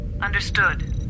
Understood